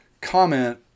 comment